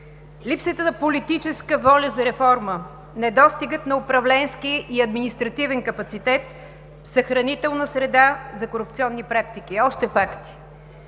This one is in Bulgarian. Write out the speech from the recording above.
липсата на политическа воля за реформа, недостигът на управленски и административен капацитет, съхранителната среда за корупционни практики. Още факти.